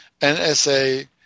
NSA